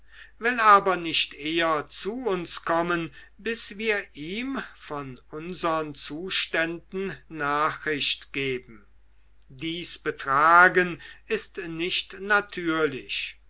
will aber nicht eher zu uns kommen bis wir ihm von unsern zuständen nachricht geben dies betragen ist nicht natürlich